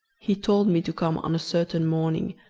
he told me to come on a certain morning,